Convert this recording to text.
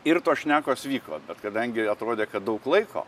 ir tos šnekos vyko bet kadangi atrodė kad daug laiko